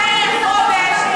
שרת המשפטים הייתה פה לפני חודש,